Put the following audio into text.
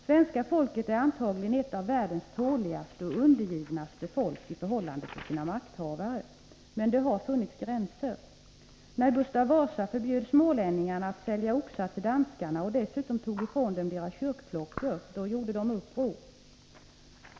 Svenska folket är antagligen ett av världens tåligaste och undergivnaste i förhållande till sina makthavare. Men det har funnits gränser. När Gustav Vasa förbjöd smålänningarna att sälja oxar till danskarna och dessutom tog ifrån dem deras kyrkklockor — då gjorde de uppror.